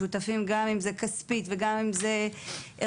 שותפים גם אם זה כספית,